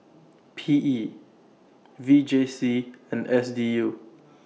P E V J C and S D U